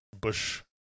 Bush